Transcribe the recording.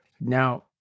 Now